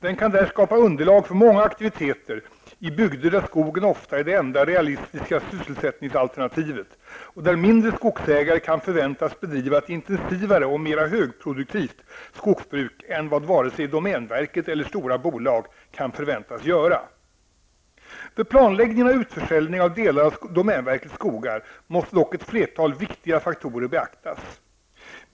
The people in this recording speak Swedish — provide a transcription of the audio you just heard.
Den kan där skapa underlag för många aktiviteter i bygder där skogen ofta är det enda realistiska sysselsättningsalternativet och där mindre skogsägare kan förväntas bedriva ett intensivare och mera högproduktivt skogsbruk än vad domänverket eller stora bolag kan förväntas göra. Vid planläggningen av utförsäljning av delar av domänverkets skogar måste dock ett flertal viktiga faktorer beaktas.